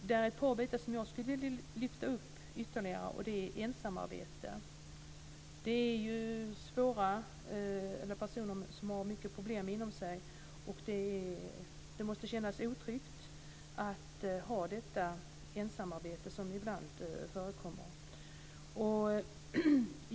Det arbete som jag ytterligare skulle vilja lyfta upp är ensamarbete. Det handlar om personer som har mycket problem inom sig. Det måste kännas otryggt att ha det ensamarbete som ibland förekommer.